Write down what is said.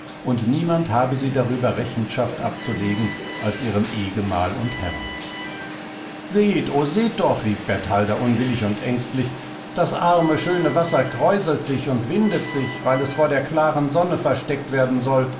und niemand habe sie darüber rechenschaft abzulegen als ihrem ehgemahl und herrn seht o seht doch rief bertalda unwillig und ängstlich das arme schöne wasser kräuselt sich und windet sich weil es vor der klaren sonne versteckt werden soll